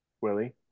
Willie